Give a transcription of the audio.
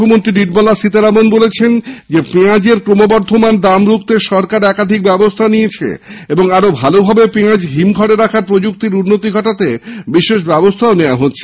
অর্থমন্ত্রী নির্মলা সীতারামন বলেছেন পেঁয়াজের ক্রমবর্ধমান দাম রুখতে সরকার একাধিক ব্যবস্হা নিয়েছে এবং আরও ভালোভাবে পেঁয়াজ হিমঘরে রাখার প্রযুক্তির উন্নতি ঘটাতে ব্যবস্হা নেওয়া হচ্ছে